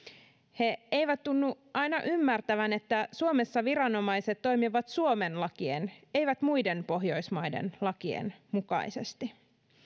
he eivät tunnu aina ymmärtävän että suomessa viranomaiset toimivat suomen lakien eivät muiden pohjoismaiden lakien mukaisesti